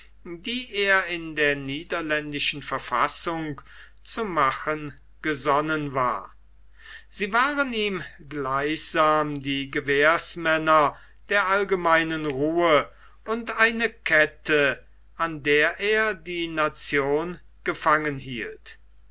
die er in der niederländischen verfassung zu machen gesonnen war sie waren ihm gleichsam die gewährsmänner der allgemeinen ruhe und eine kette an der er die nation gefangen hielt